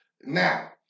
Now